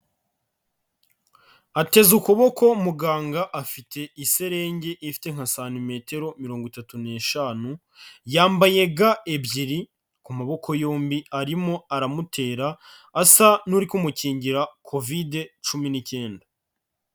Ateze ukuboko muganga afite iserengi ifite nka santimetero mirongo itatu n'eshanu, yambaye ga ebyiri ku maboko yombi arimo aramutera, asa n'uri kumukingira covid cumi n'icyenda.